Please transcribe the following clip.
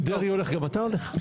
אם דרעי הולך גם אתה הולך?